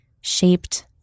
shaped